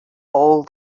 all